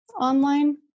online